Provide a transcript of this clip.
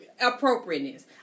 appropriateness